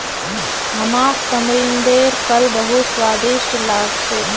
हमाक तमरिंदेर फल बहुत स्वादिष्ट लाग छेक